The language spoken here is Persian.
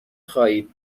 خواهید